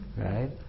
Right